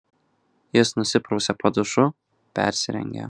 jis nusiprausė po dušu persirengė